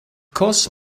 course